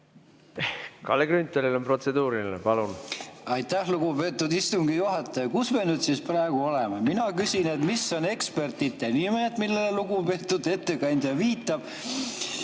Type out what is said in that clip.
Kalle Grünthalil on protseduuriline. Palun! Aitäh, lugupeetud istungi juhataja! Kus me nüüd siis praegu oleme? Mina küsin, et mis on ekspertide nimed, millele lugupeetud ettekandja viitab,